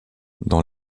dans